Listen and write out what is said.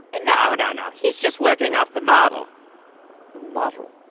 and no, no, no. he's just working off the model the model?